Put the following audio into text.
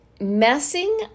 Messing